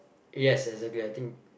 yes exactly I think